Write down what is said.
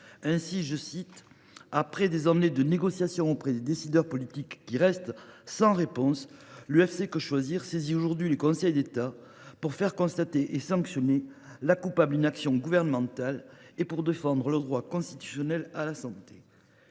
enjoindre d’agir. « Après des années de négociations auprès des décideurs politiques qui restent sans réponse », explique l’association, l’UFC Que Choisir saisit aujourd’hui le Conseil d’État « pour faire constater et sanctionner la coupable inaction gouvernementale » et pour « défendre le droit constitutionnel à la santé ».